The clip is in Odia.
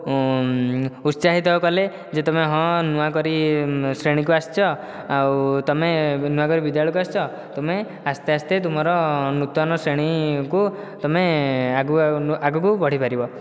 ଉତ୍ସାହିତ କଲେ ଯେ ତମେ ହଁ ନୂଆକରି ଶ୍ରେଣୀକୁ ଆସିଛ ଆଉ ତମେ ନୂଆକରି ବିଦ୍ୟାଳୟକୁ ଆସିଛ ତୁମେ ଆସ୍ତେ ଆସ୍ତେ ତୁମର ନୂତନ ଶ୍ରେଣୀକୁ ତମେ ଆଗକୁ ଆଗକୁ ବଢ଼ିପାରିବ